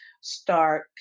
start